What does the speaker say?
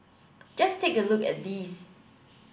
just take a look at these